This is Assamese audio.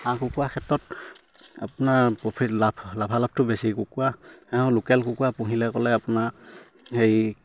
হাঁহ কুকুৰা ক্ষেত্ৰত আপোনাৰ প্ৰফিট লাভ লাভালাভটো বেছি কুকুৰা লোকেল কুকুৰা পুহিলে ক'লে আপোনাৰ হেৰি